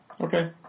Okay